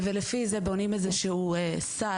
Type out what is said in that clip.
בכל אופן לפי זה בונים איזה שהוא סל